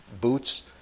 boots